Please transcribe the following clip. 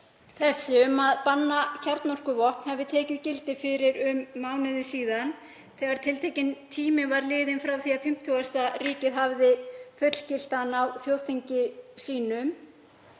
um að banna kjarnorkuvopn hafi tekið gildi fyrir um mánuði þegar tiltekinn tími var liðinn frá því að fimmtugasta ríkið hafði fullgilt hann á þjóðþingi sínu.